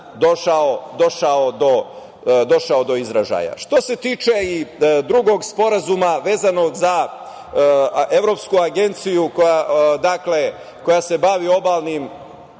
došao do izražaja. Što se tiče drugog sporazuma, vezanog za evropsku agenciju koja se bavi obalnim